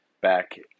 back